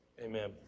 Amen